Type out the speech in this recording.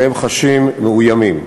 והם חשים מאוימים.